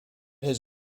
his